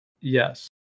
Yes